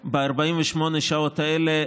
ב-48 השעות האלה,